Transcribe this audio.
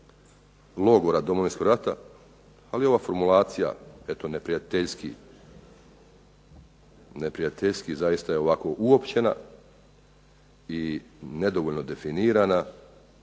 logora Domovinskog rata. Ali ova formulacija neprijateljski zaista je ovako uopćena i nedovoljno definirana,